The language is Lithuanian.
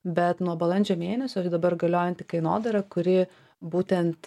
bet nuo balandžio mėnesio dabar galiojanti kainodara kuri būtent